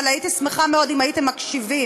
אבל הייתי שמחה מאוד אם הייתם מקשיבים.